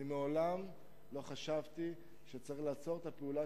מעולם לא חשבתי שצריך לעצור את הפעולה